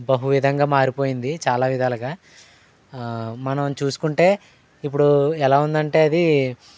బహు విధంగా మారిపోయింది చాలా విధాలుగా మనం చూసుకుంటే ఇప్పుడు ఎలా ఉందంటే అది